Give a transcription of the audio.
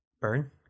burn